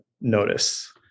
notice